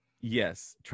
Yes